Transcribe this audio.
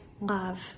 love